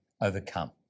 overcome